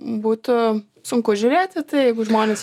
būtų sunku žiūrėt į tai jeigu žmonės